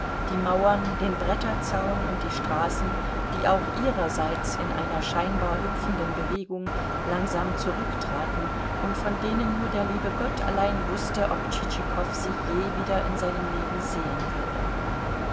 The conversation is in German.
die mauern den bretterzaun und die straßen die auch ihrerseits in einer scheinbar hüpfenden bewegung langsam zurücktraten und von denen nur der liebe gott allein wußte ob tschitschikow sie je wieder in seinem leben sehen würde